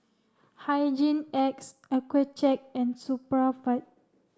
Hygin X Accucheck and Supravit